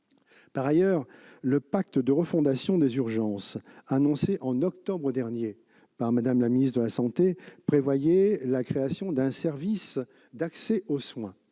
Par ailleurs, le pacte de refondation des urgences, annoncé en octobre dernier par Mme la ministre de la santé, prévoyait la création d'un service d'accès aux soins